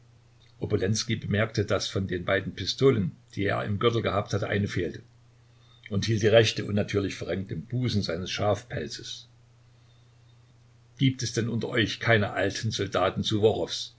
bemerkte daß von den beiden pistolen die er im gürtel gehabt hatte eine fehlte und hielt die rechte unnatürlich verrenkt im busen seines schafpelzes gibt es denn unter euch keine alten soldaten